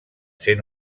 ser